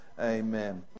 Amen